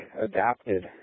adapted